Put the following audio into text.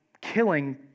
killing